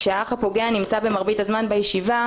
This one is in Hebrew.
כשהאח הפוגע נמצא במרבית הזמן בישיבה,